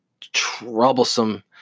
troublesome